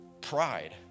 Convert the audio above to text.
pride